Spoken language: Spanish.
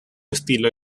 estilo